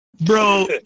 Bro